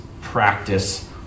practice